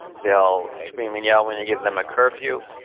they'll scream and yell when you give them a curfew,